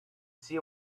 see